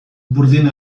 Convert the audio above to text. burdin